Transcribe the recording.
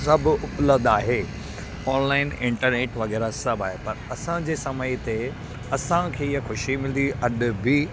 सभु उपलब्ध आहे ऑनलाइन इंटरनेट वग़ैरह सभु आहे पर असांजे समय ते असांखे इअं ख़ुशी मिलंदी अॼु बि